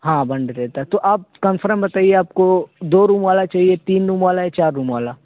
ہاں بند رہتا ہے تو آپ کنفرم بتائیے آپ کو دو روم والا چاہیے تین روم والا یا چار روم والا